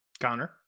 Connor